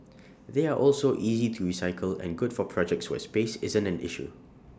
they are also easy to recycle and good for projects where space isn't an issue